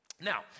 Now